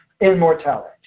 immortality